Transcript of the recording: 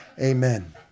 amen